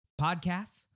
podcasts